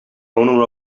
owner